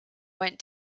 went